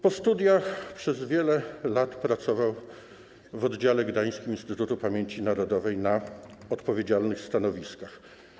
Po studiach przez wiele lat pracował w oddziale gdańskim Instytutu Pamięci Narodowej na odpowiedzialnych stanowiskach.